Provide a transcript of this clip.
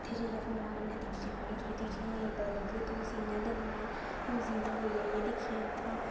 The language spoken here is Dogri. उत्थै जि'यै फोने कन्नै दिक्खेया जेह्ड़ी तुगी चीज नेईं पता लग्गग तूं इस्सी इ'यां दबायां तूं इस्सी इ'यां करियै एह् दिक्खेआं इत्थुआं